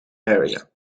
area